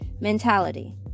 mentality